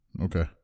Okay